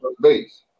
base